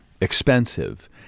expensive